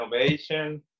innovation